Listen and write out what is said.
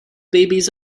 babies